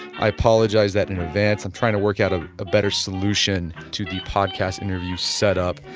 i apologize that in advance. i am trying to work out a ah better solution to the podcast interview setup,